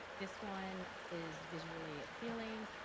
this one is visually appealing.